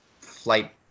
flight